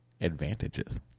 advantages